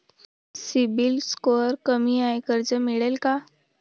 CIBIL score कमी आहे कर्ज मिळेल का?